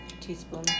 teaspoon